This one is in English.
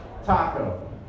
Taco